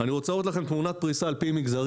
אני רוצה להראות לכם תמונת פריסה על פי מגזרים.